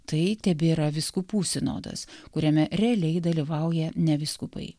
tai tebėra vyskupų sinodas kuriame realiai dalyvauja ne vyskupai